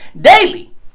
daily